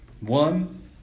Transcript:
one